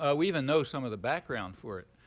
ah we even know some of the background for it.